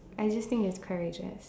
I just think it's correct just